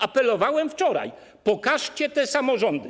Apelowałem wczoraj: pokażcie te samorządy.